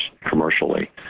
commercially